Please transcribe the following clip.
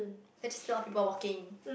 there's just a lot of people walking